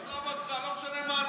עזוב אותך, לא משנה מה הנושא.